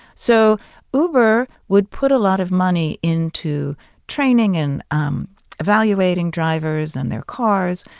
so uber would put a lot of money into training and um evaluating drivers and their cars,